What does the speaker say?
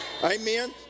Amen